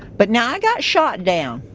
but now i got shot down.